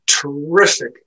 terrific